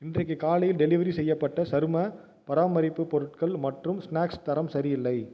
இன்றைக்கு காலையில் டெலிவரி செய்யப்பட்ட சரும பராமரிப்பு பொருட்கள் மற்றும் ஸ்நாக்ஸ் தரம் சரியில்லை